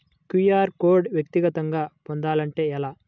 QR code వ్యక్తిగతంగా పొందాలంటే ఎలా?